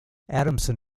adamson